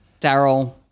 Daryl